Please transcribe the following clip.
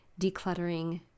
decluttering